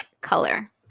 color